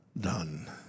done